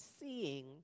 seeing